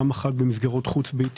דבר אחד הוא מסגרות חוץ-ביתיות,